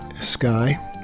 sky